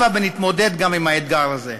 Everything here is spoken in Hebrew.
הבה ונתמודד גם עם האתגר הזה.